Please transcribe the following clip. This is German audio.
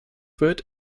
wird